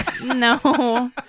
No